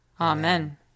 Amen